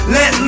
Let